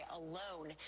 alone